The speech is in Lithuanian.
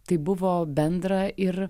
tai buvo bendra ir